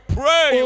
pray